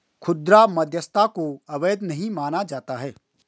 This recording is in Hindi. खुदरा मध्यस्थता को अवैध नहीं माना जाता है